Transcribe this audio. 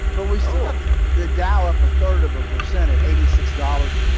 but we still have the dow up a third of a percent at eighty six dollars,